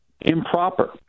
improper